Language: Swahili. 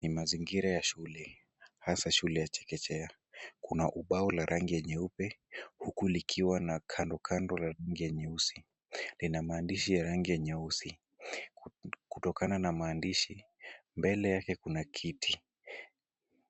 Ni mazingira ya shule haswa shule ya chekechea. Kuna ubao la rangi nyeupe huku likiwa na kando kando na rangi nyeusi. Iina maandishi ya rangi nyeusi. Kutokana na maandishi, mbele yake kuna kiti.